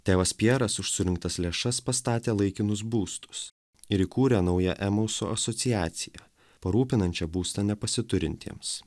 tėvas pjeras už surinktas lėšas pastatė laikinus būstus ir įkūrė naują emuso asociaciją parūpinančią būstą nepasiturintiems